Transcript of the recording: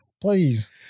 Please